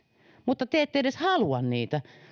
mutta te ette edes halua niitä